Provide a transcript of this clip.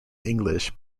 english